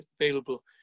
available